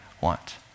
want